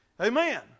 Amen